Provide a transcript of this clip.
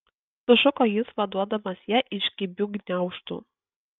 sušuko jis vaduodamas ją iš kibių gniaužtų